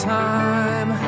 time